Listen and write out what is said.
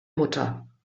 mutter